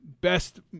best